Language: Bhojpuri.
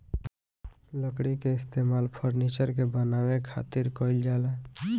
लकड़ी के इस्तेमाल फर्नीचर के बानवे खातिर कईल जाला